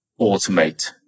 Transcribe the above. automate